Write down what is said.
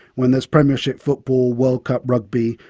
when there is premiership football, world cup rugby,